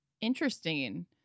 interesting